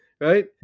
right